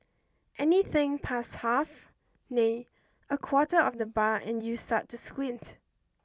anything past half nay a quarter of the bar and you start to squint